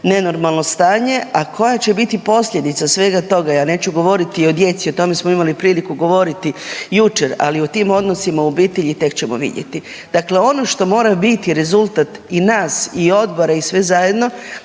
nenormalno stanje, a koja će biti posljedica svega toga ja neću govoriti o djeci, o tome smo imali priliku govoriti jučer. Ali u tim odnosima u biti tek ćemo vidjeti. Dakle, ono što mora biti rezultat i nas i odbora i svih zajedno,